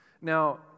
Now